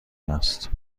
است